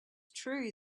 true